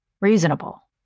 reasonable